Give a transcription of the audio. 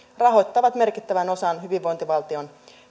rahoittavat merkittävän osan hyvinvointivaltion